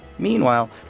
Meanwhile